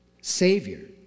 Savior